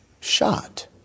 shot